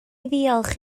ddiolch